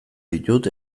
ditut